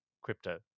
Crypto